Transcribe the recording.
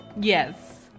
Yes